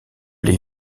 les